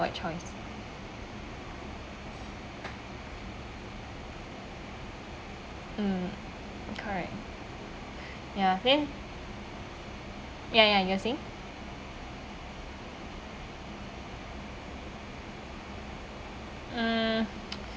choice mm correct ya then ya ya you are saying um